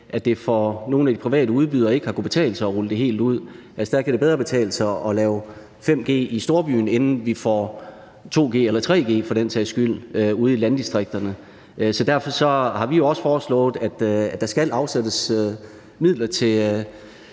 for nogle af de private udbydere ikke har kunnet betale sig at rulle det helt ud. Der kan det bedre betale sig at lave 5G i storbyen, inden vi får 2G eller 3G for den sags skyld ude i landdistrikterne. Så derfor har vi også foreslået, at der skal afsættes midler til